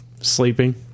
sleeping